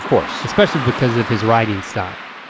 course. especially because of his writing style.